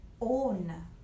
own